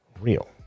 real